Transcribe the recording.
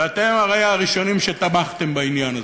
ואתם הרי הראשונים שתמכתם בעניין הזה.